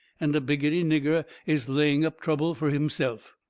and a biggity nigger is laying up trouble fur himself.